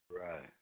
Right